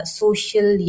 social